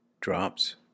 Drops